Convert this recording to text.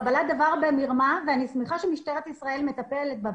קבלת דבר במרמה ואני שמחה שמשטרת ישראל מטפלת בזה.